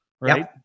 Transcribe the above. right